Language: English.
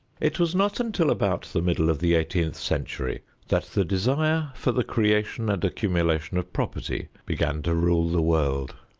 it was not until about the middle of the eighteenth century that the desire for the creation and accumulation of property began to rule the world.